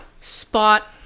spot